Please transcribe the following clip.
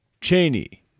cheney